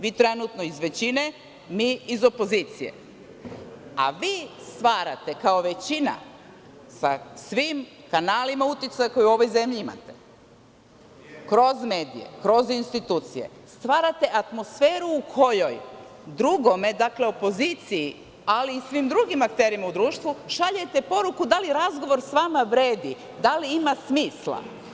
Vi trenutno iz većine, mi iz opozicije, a vi stvarate kao većina sa svim kanalima uticaj koji u ovoj zemlji imate kroz medije, kroz institucije, stvarate atmosferu u kojoj drugome, dakle, opoziciji, ali i svim drugim akterima u društvu šaljete poruku da li razgovor sa vama vredi, da li ima smisla.